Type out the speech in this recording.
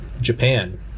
Japan